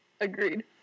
Agreed